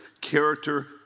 Character